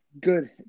good